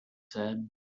said